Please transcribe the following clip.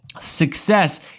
Success